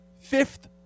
fifth